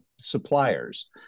suppliers